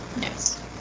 Yes